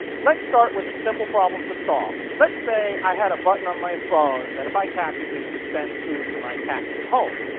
let's start with a simple problem to solve. let's say i had a button on my phone that if i tapped it, it would dispense food for my cats at home.